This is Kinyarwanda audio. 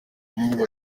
bamwe